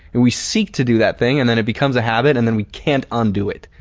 and we seek to do that thing and then it becomes a habit, and then we can't undo it.